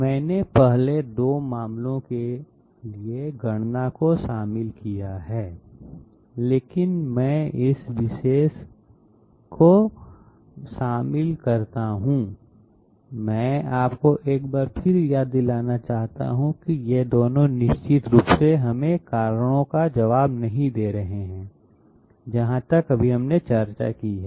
मैंने पहले 2 मामलों के लिए गणना को शामिल किया है लेकिन मैं इस विशेष एक को भी शामिल करता हूं मैं आपको एक बार फिर याद दिलाना चाहता हूं कि ये दोनों निश्चित रूप से हमें कारणों का जवाब नहीं दे सकते हैं अभी हमने चर्चा की है